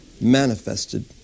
manifested